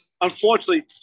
unfortunately